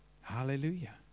Hallelujah